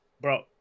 bro